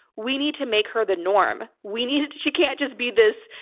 we need to make her the norm we needed. she can't just be this,